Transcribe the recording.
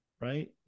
right